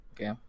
okay